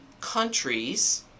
countries—